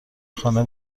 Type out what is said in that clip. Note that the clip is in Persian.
خانه